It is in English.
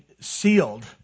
sealed